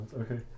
Okay